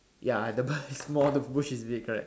ya the barn is small the bush is big correct